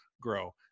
grow